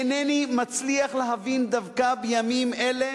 אינני מצליח להבין דווקא בימים אלה